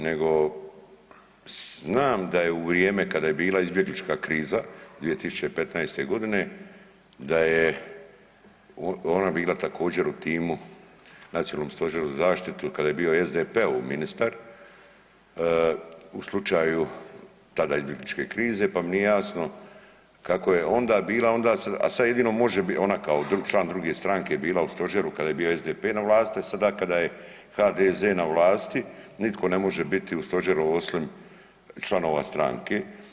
Nego znam da je u vrijeme kada je bila izbjeglička kriza 2015. godine, da je ona također bila u timu nacionalnom stožeru za zaštitu kada je bio SDP-ov ministar u slučaju tada izbjegličke krize, pa mi nije jasno kako je onda bila onda, a sad jedno može ona kao drug član druge stranke je bila u stožeru kada je bio SDP na vlasti, a sada kada je HDZ na vlasti nitko ne može biti u stožeru osim članova stranke.